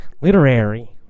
literary